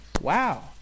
Wow